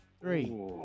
Three